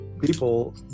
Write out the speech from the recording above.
people